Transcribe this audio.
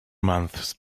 months